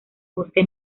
bosque